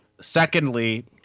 Secondly